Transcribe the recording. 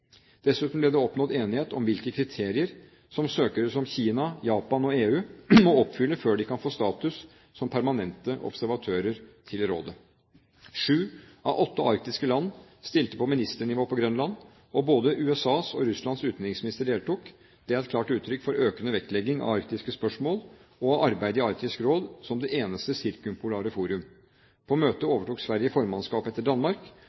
Dessuten ble det oppnådd enighet om hvilke kriterier som søkere som Kina, Japan og EU må oppfylle før de kan få status som permanente observatører til rådet. Sju av åtte arktiske land stilte på ministernivå på Grønland, og både USAs og Russlands utenriksminister deltok. Det er et klart uttrykk for økende vektlegging av arktiske spørsmål og av arbeidet i Arktisk Råd – som det eneste sirkumpolare forum. På møtet overtok Sverige formannskapet etter Danmark,